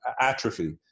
atrophy